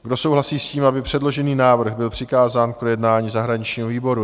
Kdo souhlasí s tím, aby předložený návrh byl přikázán k projednání zahraničnímu výboru?